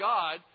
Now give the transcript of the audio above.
God